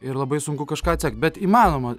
ir labai sunku kažką atsekt bet įmanoma